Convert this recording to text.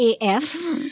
AF